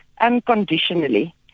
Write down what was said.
unconditionally